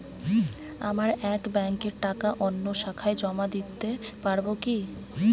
আমার এক ব্যাঙ্কের টাকা অন্য শাখায় জমা দিতে পারব কি?